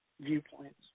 viewpoints